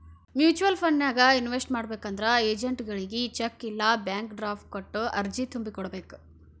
mutual ಫಂಡನ್ಯಾಗ invest ಮಾಡ್ಬೇಕಂದ್ರ ಏಜೆಂಟ್ಗಳಗಿ ಚೆಕ್ ಇಲ್ಲಾ ಬ್ಯಾಂಕ್ ಡ್ರಾಫ್ಟ್ ಕೊಟ್ಟ ಅರ್ಜಿ ತುಂಬಿ ಕೋಡ್ಬೇಕ್